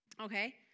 Okay